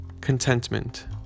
contentment